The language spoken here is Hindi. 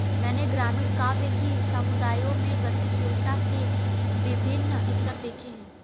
मैंने ग्रामीण काव्य कि समुदायों में गतिशीलता के विभिन्न स्तर देखे हैं